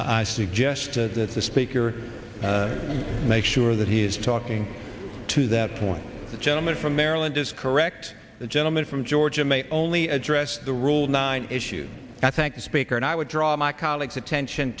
i suggested that the speaker make sure that he is talking to that point the gentleman from maryland is correct the gentleman from georgia may only address the rule nine issues and i thank the speaker and i would draw my colleagues attention